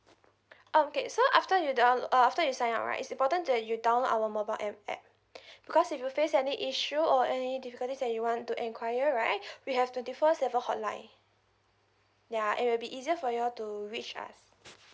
um okay so after you down~ uh after you sign up right it's important that you download our mobile app app because if you face any issue or any difficulties that you want to enquire right we have twenty four seven hotline ya and it'll be easier for you to reach us